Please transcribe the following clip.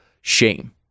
shame